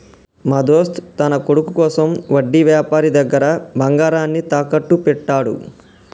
మా దోస్త్ తన కొడుకు కోసం వడ్డీ వ్యాపారి దగ్గర బంగారాన్ని తాకట్టు పెట్టాడు